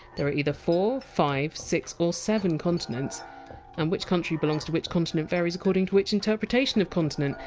there are either four, five, six or seven continents. and which country belongs to which continent varies according to which interpretation of continent.